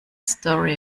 story